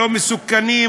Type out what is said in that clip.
לא מסוכנים,